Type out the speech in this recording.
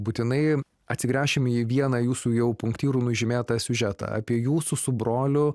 būtinai atsigręšim į vieną jūsų jau punktyru nužymėtą siužetą apie jūsų su broliu